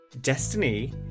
Destiny